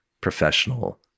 professional